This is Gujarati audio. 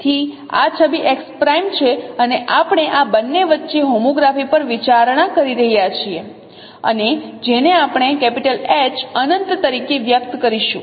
તેથી આ છબી x' છે અને આપણે આ બંને વચ્ચે હોમોગ્રાફી પર વિચારણા કરી રહ્યા છીએ અને જેને આપણે H અનંત તરીકે વ્યક્ત કરીશું